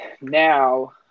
now